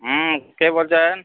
হুম কে বলছেন